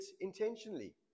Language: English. intentionally